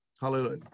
Hallelujah